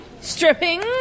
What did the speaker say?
stripping